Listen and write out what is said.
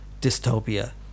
dystopia